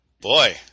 boy